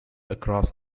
across